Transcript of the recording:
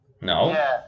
No